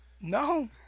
No